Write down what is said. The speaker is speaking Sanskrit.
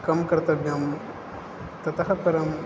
किं कर्तव्यं ततः परं